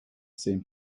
same